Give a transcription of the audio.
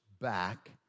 back